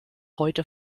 heute